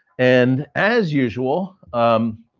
and, as usual, i'm